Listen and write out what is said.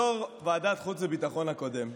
יו"ר ועדת החוץ והביטחון הקודם,